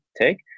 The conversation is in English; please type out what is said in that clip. take